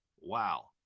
wow